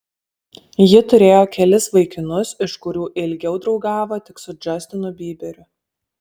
ji turėjo kelis vaikinus iš kurių ilgiau draugavo tik su džastinu byberiu